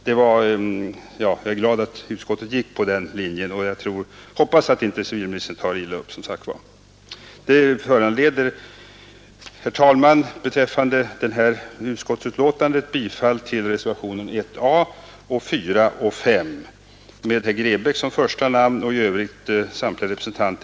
Därför är jag glad att utskottet gick på den linjen, och jag hoppas som sagt att civilministern inte tar illa upp.